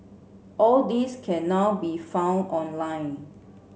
all these can now be found online